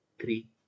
three